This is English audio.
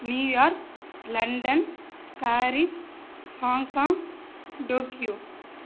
New York London Paris Hong Kong Tokyo